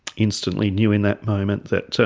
instantly knew in that moment that so